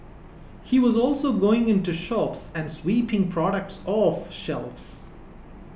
he was also going into shops and sweeping products off shelves